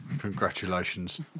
Congratulations